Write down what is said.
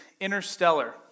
Interstellar